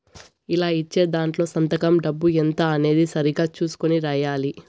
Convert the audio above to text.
ఇలా ఇచ్చే దాంట్లో సంతకం డబ్బు ఎంత అనేది సరిగ్గా చుసుకొని రాయాలి